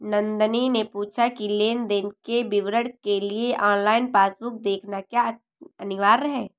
नंदनी ने पूछा की लेन देन के विवरण के लिए ऑनलाइन पासबुक देखना क्या अनिवार्य है?